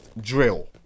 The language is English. drill